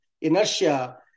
inertia